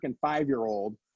five-year-old